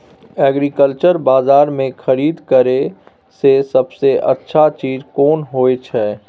Agriculture बाजार में खरीद करे से सबसे अच्छा चीज कोन होय छै?